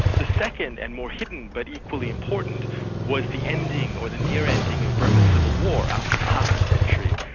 the second and more hidden but equally important was the ending, or the near ending of burma's civil war after half a century.